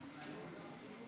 וזו משימה שמוטלת על כל אחת